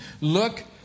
Look